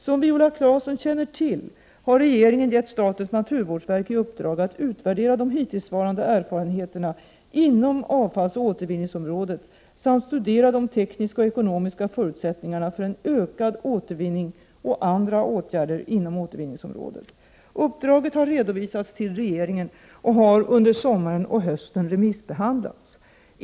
Som Viola Claesson känner till har regeringen gett statens naturvårdsverk i uppdrag att utvärdera de hittillsvarande erfarenheterna inom avfallsoch återvinningsområdet samt studera de tekniska och ekonomiska förutsättningarna för en ökad återvinning och andra åtgärder inom återvinningsområdet. Uppdraget har redovisats till regeringen och har under sommaren och I hösten remissbehandlats.